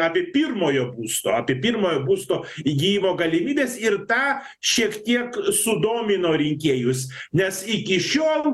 apie pirmojo būsto apie pirmojo būsto įgijimo galimybes ir tą šiek tiek sudomino rinkėjus nes iki šiol